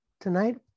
tonight